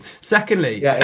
Secondly